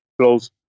close